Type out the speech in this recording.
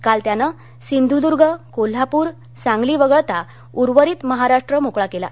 काल त्यानं सिंधूर्द्ग कोल्हापूर सांगली वगळता उर्वरित महाराष्ट्र मोकळा केला